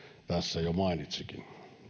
tässä jo mainitsikin